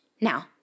Now